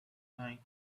night